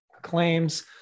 claims